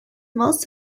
most